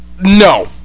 no